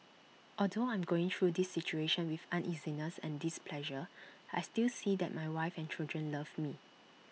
although I'm going through this situation with uneasiness and displeasure I still see that my wife and children love me